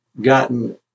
gotten